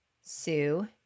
Sue